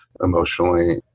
emotionally